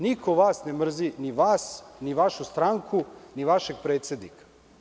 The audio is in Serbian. Niko vas ne mrzi, ni vas, ni vašu stranku, ni vašeg predsednika.